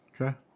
Okay